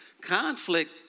Conflict